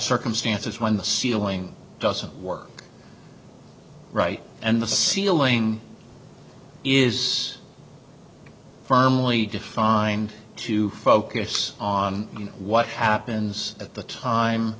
circumstances when the ceiling doesn't work right and the ceiling is firmly defined to focus on what happens at the time